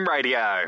Radio